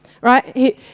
right